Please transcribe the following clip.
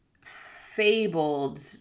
fabled